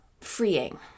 freeing